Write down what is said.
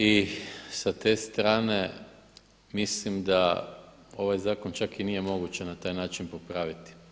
I sa te strane mislim da ovaj zakon čak i nije moguće na taj način popraviti.